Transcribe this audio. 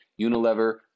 Unilever